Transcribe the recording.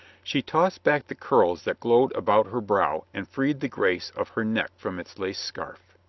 she tossed back the curls that glowed about her brow and freed the grace of her neck from its lace scarf.